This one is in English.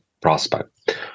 prospect